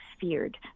feared